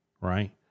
right